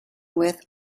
with